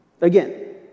Again